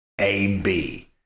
A-B